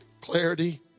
clarity